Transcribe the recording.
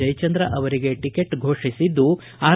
ಜಯಚಂದ್ರ ಅವರಿಗೆ ಟಿಕೆಟ್ ಫೋಷಿಸಿದ್ದು ಆರ್